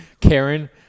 Karen